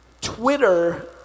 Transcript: Twitter